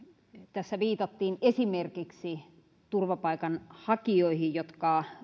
tässä viitattiin esimerkiksi turvapaikanhakijoihin jotka